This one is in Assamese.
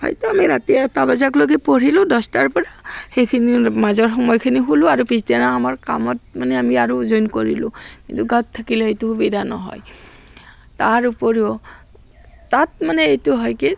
হয়তো আমি ৰাতি এটা বজালৈকে পঢ়িলোঁ দহটাৰ পৰা সেইখিনি মাজৰ সময়খিনি শুলোঁ আৰু পিছদিনা আমাৰ কামত মানে আমি আৰু জইন কৰিলোঁ কিন্তু গাঁৱত থাকিলে সেইটো সুবিধা নহয় তাৰ উপৰিও তাত মানে এইটো হয় কি